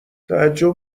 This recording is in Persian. تعجب